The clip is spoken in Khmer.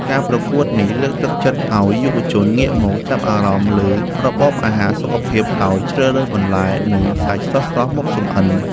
ការប្រកួតនេះលើកទឹកចិត្តឱ្យយុវជនងាកមកចាប់អារម្មណ៍លើរបបអាហារសុខភាព ដោយជ្រើសរើសបន្លែ និងសាច់ស្រស់ៗមកចម្អិន។